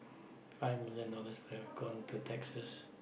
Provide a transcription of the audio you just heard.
five million dollars would have gone to tax first